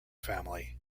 family